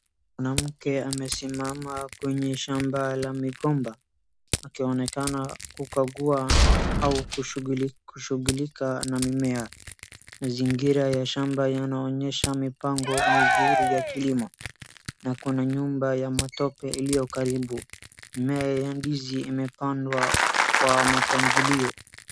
Mwanamke amesimama kwenye shamba la migomba akionekana kukagua au kushughulika na mimea. Mazingira ya shamba yanaonyesha mipango mizuri ya kilimo na kuna nyumba ya matope iliyo karibu. Mimea ya ndizi imepandwa kwa mapangilo.